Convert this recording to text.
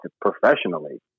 professionally